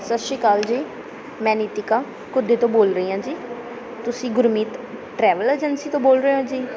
ਸਤਿ ਸ਼੍ਰੀ ਅਕਾਲ ਜੀ ਮੈਂ ਨੀਤੀਕਾ ਘੁੱਦੇ ਤੋਂ ਬੋਲ ਰਹੀ ਹਾਂ ਜੀ ਤੁਸੀਂ ਗੁਰਮੀਤ ਟਰੈਵਲ ਏਜੰਸੀ ਤੋਂ ਬੋਲ ਰਹੇ ਹੋ ਜੀ